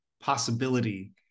possibility